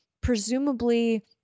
presumably